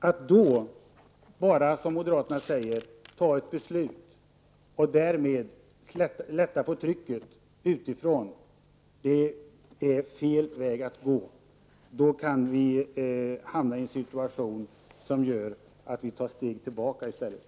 Att då bara -- som moderaterna förordar -- fatta ett beslut och därmed lätta på trycket utifrån är fel väg att gå. Då kan vi hamna i en situation som gör att vi i stället tar steg tillbaka.